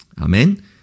Amen